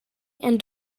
and